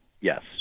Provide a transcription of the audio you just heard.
yes